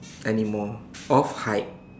anymore of height